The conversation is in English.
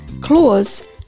claws